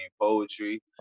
poetry